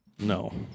No